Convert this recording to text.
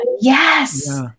Yes